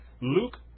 Luke